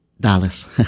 Dallas